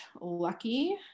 Lucky